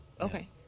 Okay